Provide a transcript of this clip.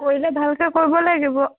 কৰিলে ভালকে কৰিব লাগিব